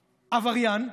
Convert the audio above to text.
עבריין,